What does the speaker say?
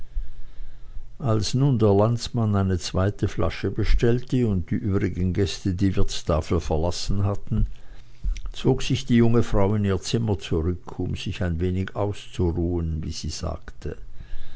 als nun der landsmann eine zweite flasche bestellte und die übrigen gäste die wirtstafel verlassen hatten zog sich die junge frau in ihr zimmer zurück um sich ein wenig auszuruhen wie sie sagte